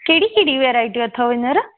कहिड़ी कहिड़ी वैराइटियूं अथव हींअर